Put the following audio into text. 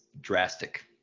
drastic